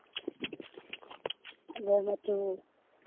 ꯑꯗꯣ ꯃꯆꯨ